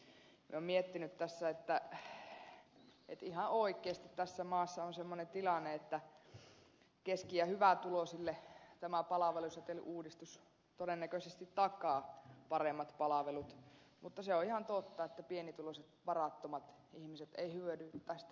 virtasella niin olen miettinyt tässä että ihan oikeasti tässä maassa on semmoinen tilanne että keski ja hyvätuloisille tämä palveluseteliuudistus todennäköisesti takaa paremmat palvelut mutta se on ihan totta että pienituloiset ja varattomat ihmiset eivät hyödy tästä pätkääkään